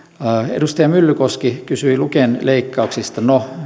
edustaja myllykoski kysyi luken leikkauksista no